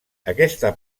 aquesta